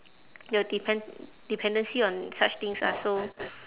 your depend~ dependency on such things are so